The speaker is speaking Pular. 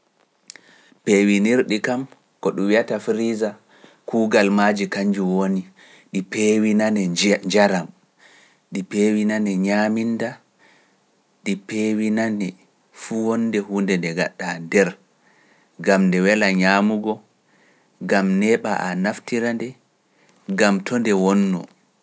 Peewinirɗi kam, ko ɗum wi’ata Firisa kuugal maji kanjum woni, ɗi peewinane njaram, ɗi peewinane ñaaminda, ɗi peewinane fuu wonde huunde nde ngadɗa nder, gam nde wela ñaamugo, ngam neeɓa a naftira nde, ngam to nde wonnoo.